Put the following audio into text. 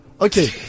Okay